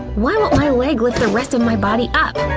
why won't my leg lift the rest of my body up?